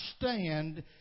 stand